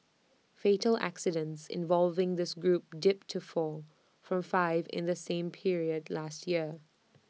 fatal accidents involving this group dipped to four from five in the same period last year